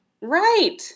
Right